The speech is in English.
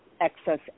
excess